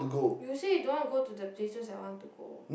you say you don't want to go to the places that I want to go